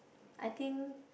I think